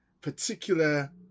particular